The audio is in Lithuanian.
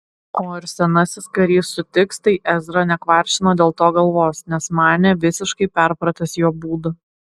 o ar senasis karys sutiks tai ezra nekvaršino dėl to galvos nes manė visiškai perpratęs jo būdą